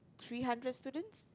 three hundred students